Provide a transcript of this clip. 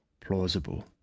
plausible